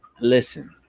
listen